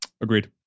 Agreed